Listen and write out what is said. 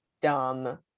dumb